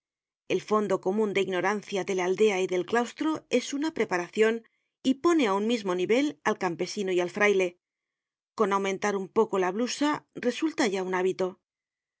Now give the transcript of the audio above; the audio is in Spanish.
el fondo comun de ignorancia de la aldea y del claustro es una preparacion y pone á un mismo nivel al campesino y al fraile con aumentar un poco la blusa resulta ya un hábito sor